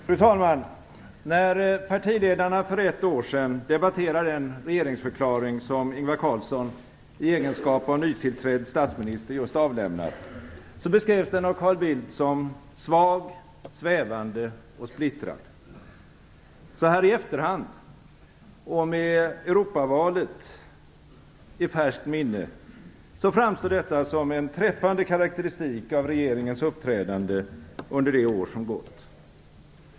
Fru talman! När partiledarna för ett år sedan debatterade den regeringsförklaring som Ingvar Carlsson i egenskap av nytillträdd statsminister just avlämnat, beskrevs den av Carl Bildt som svag, svävande och splittrad. Så här i efterhand och med Europavalet i färskt minne framstår detta som en träffande karakteristik av regeringens uppträdande under det år som gått.